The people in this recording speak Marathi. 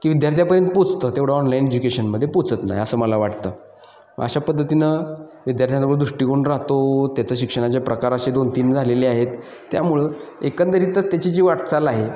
की विद्यार्थ्यापर्यंत पोचतं तेवढं ऑनलाईन एज्युकेशनमध्ये पोचत नाहीअसं मला वाटतं अशा पद्धतीनं विद्यार्थ्यांवर दृष्टिकोन राहतो त्याचं शिक्षणाचे प्रकार असे दोन तीन झालेले आहेत त्यामुळं एकंदरीतच त्याची जी वाट चाल आहे